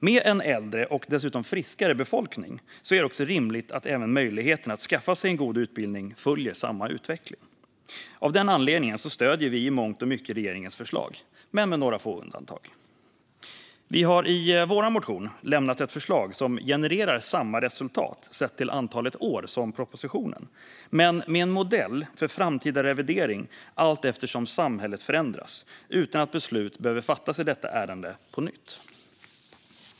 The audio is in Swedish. Med en äldre och dessutom friskare befolkning är det rimligt att möjligheterna att skaffa sig en god utbildning följer samma utveckling. Av denna anledning stöder vi i mångt och mycket regeringens förslag, med några få undantag. Vi har i vår motion lämnat ett förslag som genererar samma resultat, sett till antalet år, som propositionen men med en modell för framtida revidering allteftersom samhället förändras utan att beslut i detta ärende behöver fattas på nytt.